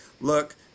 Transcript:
look